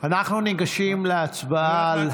ניגשים להצבעה.